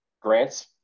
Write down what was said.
grants